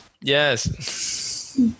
Yes